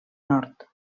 nord